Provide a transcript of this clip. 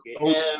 okay